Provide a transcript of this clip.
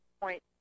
Point